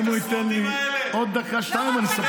אם הוא ייתן לי עוד דקה-שתיים, אני אספר